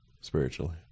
spiritually